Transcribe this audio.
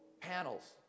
panels